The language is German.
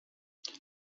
ist